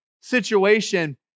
situation